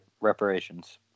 reparations